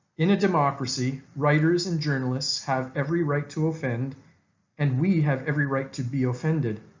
in a democracy writers and journalists have every right to offend and we have every right to be offended,